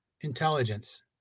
intelligence